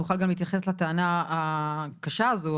יוכל גם להתייחס לטענה הקשה הזאת,